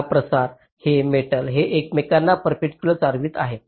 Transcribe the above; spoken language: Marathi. हा प्रसार आणि हे मेटल ते एकमेकांना पेरपेंडीकलरही चालवित आहेत